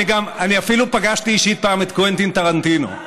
אני אפילו פגשתי אישית פעם את קוונטין טרנטינו.